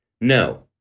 No